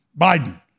Biden